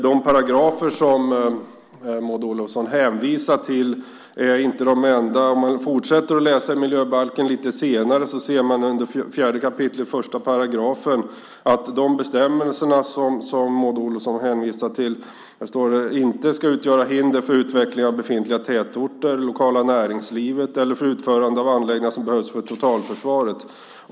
De paragrafer som Maud Olofsson hänvisar till är inte de enda. Lite längre fram i miljöbalken finns 4 kap. 1 §. Där står att de bestämmelser som Maud Olofsson hänvisar till inte utgör "hinder för utvecklingen av befintliga tätorter eller av det lokala näringslivet eller för utförandet av anläggningar som behövs för totalförsvaret.